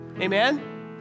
Amen